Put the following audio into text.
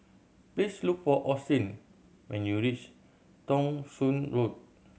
please look for Austin when you reach Thong Soon Road